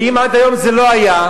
ואם עד היום זה לא היה,